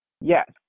Yes